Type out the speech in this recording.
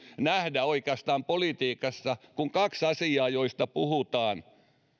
nähdä politiikassa oikeastaan kuin kaksi asiaa joista puhutaan